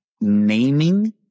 naming